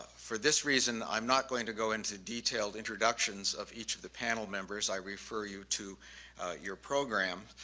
for this reason i'm not going to go into detailed introductions of each of the panel members, i refer you to your program,